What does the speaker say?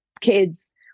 kids